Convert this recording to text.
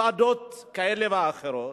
ועדות כאלה ואחרות,